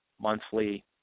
monthly